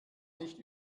nicht